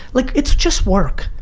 like it's just work.